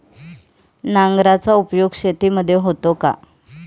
नांगराचा उपयोग शेतीमध्ये होतो का?